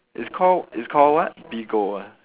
it's called it's called what Bigo ah